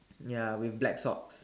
ya with black socks